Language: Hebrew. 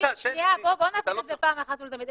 אל --- אתה לא צריך --- בוא נבהיר את זה פעם אחת ולתמיד,